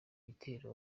bitero